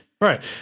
Right